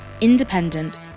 independent